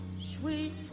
sweet